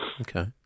Okay